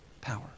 power